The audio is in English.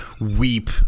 weep